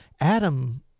Adam